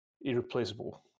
irreplaceable